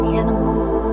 animals